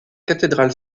cathédrale